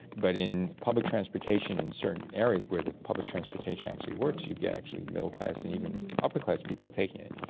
but in public transportation in certain areas where the public transportation actually works you get actually middle class and even upper class people taking it.